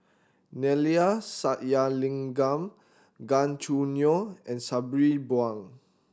Neila Sathyalingam Gan Choo Neo and Sabri Buang